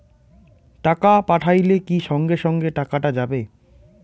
টাকা পাঠাইলে কি সঙ্গে সঙ্গে টাকাটা যাবে?